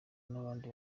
nabandi